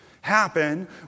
happen